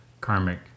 karmic